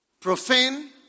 profane